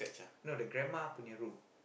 no the grandma punya room